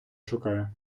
шукає